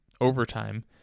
overtime